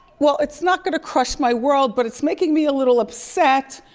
well it's not gonna crush my world, but it's making me a little upset.